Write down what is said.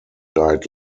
died